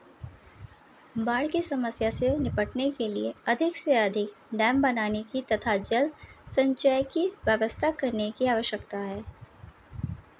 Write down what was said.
बाढ़ की समस्या से निपटने के लिए अधिक से अधिक डेम बनाने की तथा जल संचय की व्यवस्था करने की आवश्यकता है